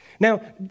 Now